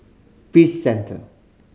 Peace Centre